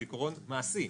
הוא עיקרון מעשי.